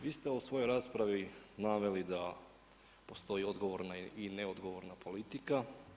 Vi ste u svojoj raspravi naveli da postoji odgovorna i neodgovorna politika.